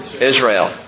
Israel